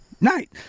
night